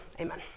Amen